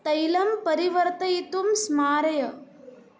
तैलं परिवर्तयितुं स्मारय